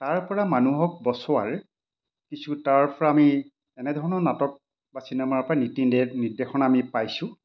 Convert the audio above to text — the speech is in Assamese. তাৰ পৰা মানুহক বচোৱাৰ কিছু তাৰ পৰা আমি এনেধৰণৰ নাটক বা চিনেমাৰ পৰা নীতি দে নিৰ্দেশনাখন আমি পাইছোঁ